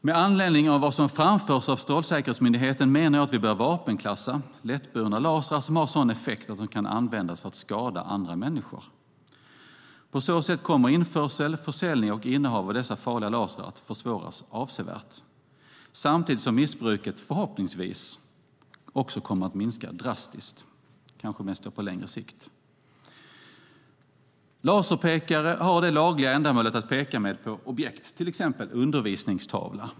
Med anledning av vad som framförs av Strålsäkerhetsmyndigheten menar jag att vi bör vapenklassa lättburna lasrar som har sådan effekt att de kan användas för att skada andra människor. På så sätt kommer införsel, försäljning och innehav av dessa farliga lasrar att försvåras avsevärt, samtidigt som missbruket förhoppningsvis också kommer att minska drastiskt, kanske mest på längre sikt. Laserpekare har det lagliga ändamålet att peka med på objekt, exempelvis en undervisningstavla.